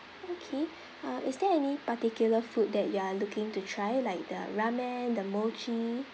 okay uh is there any particular food that you are looking to try like the ramen the mochi